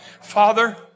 Father